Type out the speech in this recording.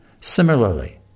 Similarly